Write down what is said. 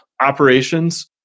operations